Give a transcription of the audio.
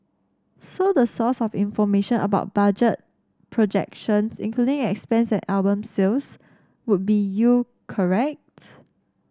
so the source of information about budget projections including expense and album sales would be you correct